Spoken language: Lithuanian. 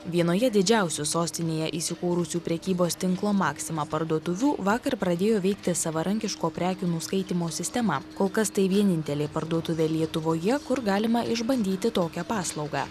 vienoje didžiausių sostinėje įsikūrusių prekybos tinklo maksima parduotuvių vakar pradėjo veikti savarankiško prekių nuskaitymo sistema kol kas tai vienintelė parduotuvė lietuvoje kur galima išbandyti tokią paslaugą